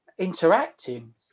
interacting